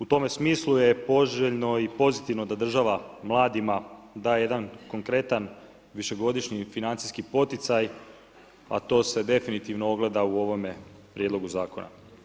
U tome smislu je poželjno i pozitivno da država mladima daje jedan konkretan višegodišnji financijski poticaj, a to se definitivno ogleda u ovome prijedlogu zakona.